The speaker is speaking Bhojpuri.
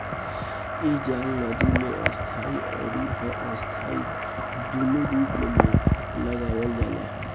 इ जाल नदी में स्थाई अउरी अस्थाई दूनो रूप में लगावल जाला